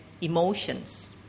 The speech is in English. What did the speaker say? emotions